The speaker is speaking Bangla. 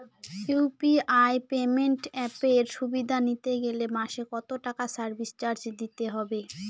ইউ.পি.আই পেমেন্ট অ্যাপের সুবিধা নিতে গেলে মাসে কত টাকা সার্ভিস চার্জ দিতে হবে?